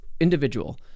individual